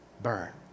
burn